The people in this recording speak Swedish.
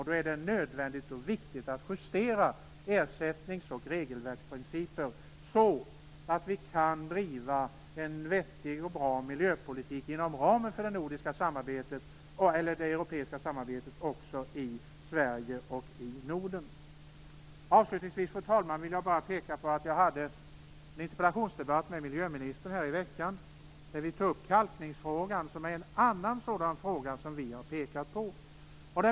Då är det nödvändigt och viktigt att justera ersättnings och regelverksprinciper så att vi kan driva en vettig och bra miljöpolitik inom ramen för det europeiska samarbetet också i Sverige och i Avslutningsvis, fru talman, vill jag bara säga att jag hade en interpellationsdebatt med miljöministern i veckan. Vi tog upp kalkningsfrågan, som är en annan fråga som vi har pekat på.